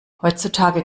heutzutage